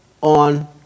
on